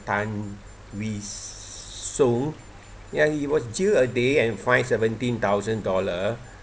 tan wee sung ya he was jailed a day and fined seventeen thousand dollar